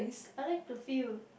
I like to feel